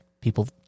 people